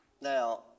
Now